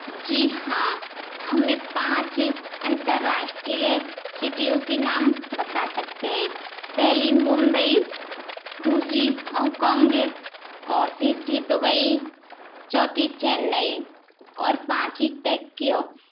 जी हाँ हम पाँच अंतरराष्टीय सिटियों के नाम बता सकते हैं पहली मुम्बई दूसरी हॉन्ग कॉन्ग और तीसरी दुबई चौथी चेन्नई और पाँचवीं टेककियो